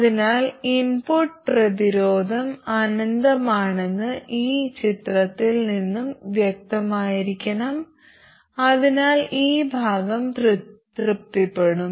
അതിനാൽ ഇൻപുട്ട് പ്രതിരോധം അനന്തമാണെന്ന് ഈ ചിത്രത്തിൽ നിന്നും വ്യക്തമായിരിക്കണം അതിനാൽ ആ ഭാഗം തൃപ്തിപ്പെടും